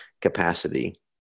capacity